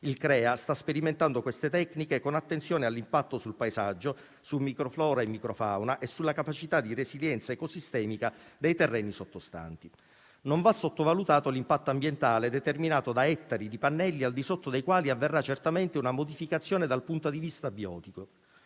Il Crea sta sperimentando queste tecniche con attenzione all'impatto sul paesaggio, su microflora e microfauna e sulla capacità di resilienza ecosistemica dei terreni sottostanti. Non va sottovalutato l'impatto ambientale determinato da ettari di pannelli al di sotto dei quali avverrà certamente una modificazione dal punto di vista biotico.